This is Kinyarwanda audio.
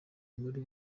muri